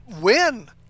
win